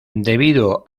debido